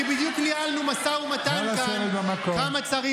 כי בדיוק ניהלנו כאן משא ומתן כמה צריך,